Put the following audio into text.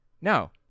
No